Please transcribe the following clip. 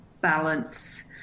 balance